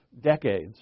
decades